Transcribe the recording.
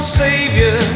savior